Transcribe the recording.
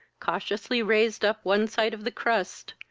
cautiously raised up one side of the crust,